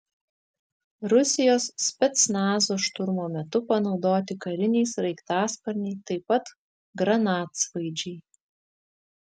rusijos specnazo šturmo metu panaudoti kariniai sraigtasparniai taip pat granatsvaidžiai